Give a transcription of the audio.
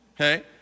Okay